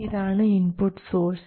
ഇതാണ് input source